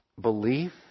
belief